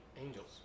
angels